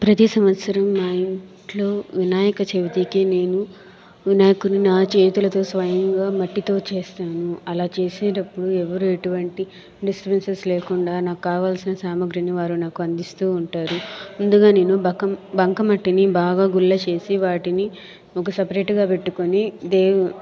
ప్రతి సంవత్సరం మా ఇంట్లో వినాయక చవితికి నేను వినాయకుని నా చేతులతో స్వయంగా మట్టితో చేస్తాను అలా చేసేటప్పుడు ఎవరు ఎటువంటి డిస్ట్రబెన్సెస్ లేకుండా నాకు కావాల్సిన సామాగ్రిని వారు నాకు అందిస్తూ ఉంటారు ముందుగా నేను బక బంకమట్టిని బాగా గుల్ల చేసి వాటిని ఒక సపరేటుగా పెట్టుకొని దేవ్